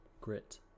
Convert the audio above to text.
grit